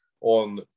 on